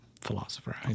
philosopher